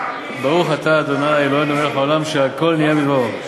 ברוך אתה ה' אלוהינו מלך העולם שהכול נהיה בדברו.